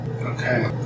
Okay